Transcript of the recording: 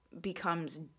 becomes